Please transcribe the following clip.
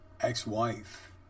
ex-wife